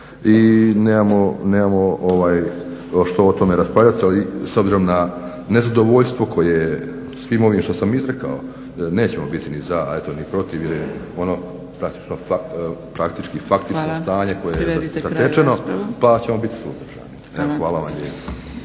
i nemamo što o tome raspravljati, ali s obzirom na nezadovoljstvo koje svim ovim što sam izrekao nećemo biti ni za, a eto ni protiv jer je ono praktično, praktično faktično stanje koje je zatečeno. **Zgrebec, Dragica